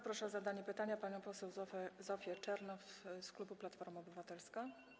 Proszę o zadanie pytania panią poseł Zofię Czernow z klubu Platforma Obywatelska.